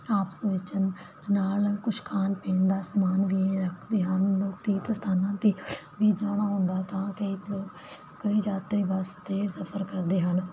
ਆਪਸ ਵਿੱਚ ਅਤੇ ਨਾਲ ਕੁਛ ਖਾਣ ਪੀਣ ਦਾ ਸਮਾਨ ਵੀ ਰੱਖਦੇ ਹਨ ਅਤੇ ਤੀਰਥ ਸਥਾਨਾਂ 'ਤੇ ਵੀ ਜਾਣਾ ਹੁੰਦਾ ਤਾਂ ਕਿ ਲੋਕ ਕਈ ਯਾਤਰੀ ਬੱਸ 'ਤੇ ਸਫ਼ਰ ਕਰਦੇ ਹਨ